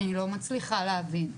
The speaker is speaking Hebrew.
אני לא מצליחה להבין,